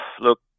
look